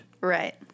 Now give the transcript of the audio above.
Right